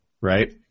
right